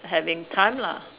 having time lah